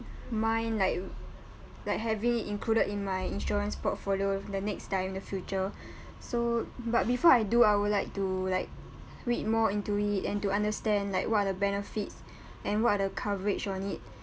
mind like like having it included in my insurance portfolio the next time the future so but before I do I would like to like read more into it and to understand like what are the benefits and what are the coverage on it